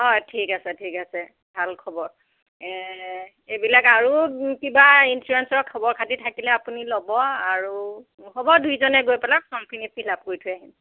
অঁ ঠিক আছে ঠিক আছে ভাল খবৰ এইবিলাক আৰু কিবা ইঞ্চুৰেঞ্চৰ খবৰ খাতি থাকিলে আপুনি ল'ব আৰু হ'ব দুয়োজনে গৈ পেলাই ফ্ৰমখিনি ফিল আপ কৰি থৈ আহিম